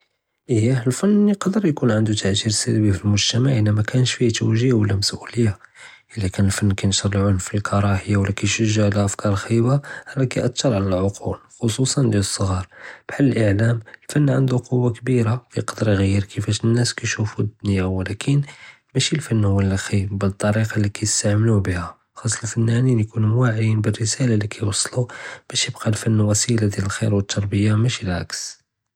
אִיֵּה, אֶל-פַּן יְקַדֵּר יְכוּן עַנְדוּ אֶתְ'יר סַלְבִּי פִי אֶל-מֻגְתַמַע אִלָּא מָאקַּאן שִי פִיה תְּוְגִיה וְלָא מַסְאוּלִיָּה, אִלָּא קָאן אֶל-פַּן קַיְּנַשֵּׁר אֶל-עֻנְף וְאֶל-קְרַאהִיָּה וְלָא קַיְּשַּׁגַּע עַל אַפְכּאר חַאִיבָה, רָאח קַיְּאֻת'ר עַל אֶל-עְקוּל חֻ'צּוּصָאן דְיַאל אֶל-סְעַאר בְּחַאל אֶל-עְלָאם. אֶל-פַּן עַנְדוּ קֻוַּה קְבִירָה, יְקַדֵּר יְגַ'יּר כֵּיףַאש נַאס קַיְּשֻوفוּ אֶל-דֻנְיָא, וְלָקִין מָשִי אֶל-פַּן הוּוֶה לִי חַאִיב בַּלְקִי אֶל-טְרִיקָה לִי קַיְּסְתַעְמְלוּה בִּיהָ, חַאס אֶל-פַּנָּנִין יְכוּנוּ וָעִיִּין בִּרְסָאלָה לִי קַיּוַסְלּוּ, בַּשּׁ יַבְקִי אֶל-פַּן וַסִילָה דְּיַאל אֶל-חֵיר וְתַרְבִּיּה, מָשִי אֶל-עַכְס.